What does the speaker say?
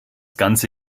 ganze